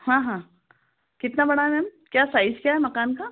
हाँ हाँ कितना बड़ा है मैम क्या साइज क्या है मकान का